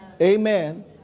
Amen